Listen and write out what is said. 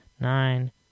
nine